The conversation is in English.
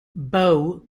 bowe